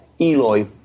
Eloy